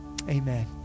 amen